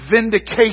vindication